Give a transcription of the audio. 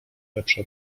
lepsza